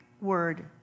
word